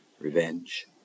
Revenge